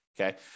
Okay